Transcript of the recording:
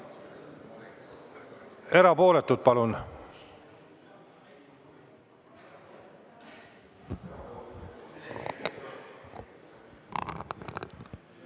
Erapooletud, palun!